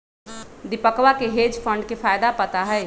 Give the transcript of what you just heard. दीपकवा के hedge fund के फायदा पता हई